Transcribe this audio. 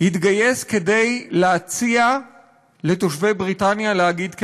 התגייס כדי להציע לתושבי בריטניה להגיד כן,